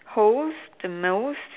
holds the most